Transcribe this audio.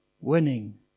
winning